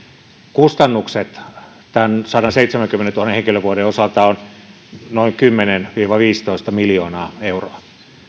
kustannukset näiden sadanseitsemänkymmenen henkilötyövuoden osalta ovat noin kymmenen viiva viisitoista miljoonaa euroa